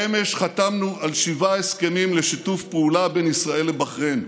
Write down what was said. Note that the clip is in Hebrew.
אמש חתמנו על שבעה הסכמים לשיתוף פעולה בין ישראל לבחריין.